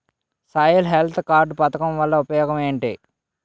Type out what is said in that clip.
Soil health card పథకం వల్ల ఉపయోగం ఏంటి?